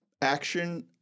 action